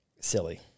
silly